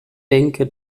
denke